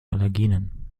allergenen